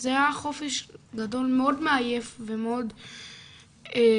זה היה חופש גדול מאוד מעייף ומאוד מתיש,